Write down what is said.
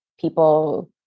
People